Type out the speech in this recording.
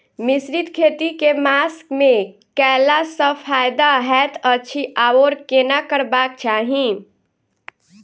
मिश्रित खेती केँ मास मे कैला सँ फायदा हएत अछि आओर केना करबाक चाहि?